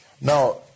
Now